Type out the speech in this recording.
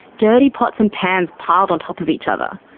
dirty pots and pans piled on top of each other.